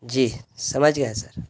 جی سمجھ گیا سر